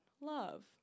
love